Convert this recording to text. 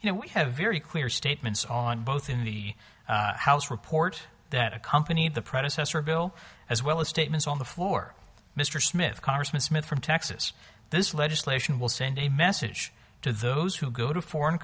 you know we have very clear statements on both in the house report that accompanied the predecessor bill as well as statements on the floor mr smith congressman smith from texas this legislation will send a message to those who go to foreign